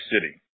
city